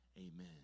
Amen